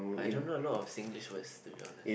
I don't know a lot of Singlish words to be honest